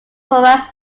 horace